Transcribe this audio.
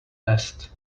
nest